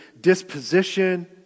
disposition